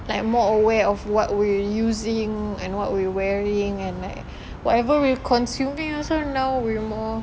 like more aware of what we're using and what we're wearing and like whatever we're consuming also now we're more